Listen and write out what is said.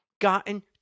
gotten